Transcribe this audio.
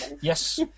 Yes